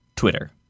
Twitter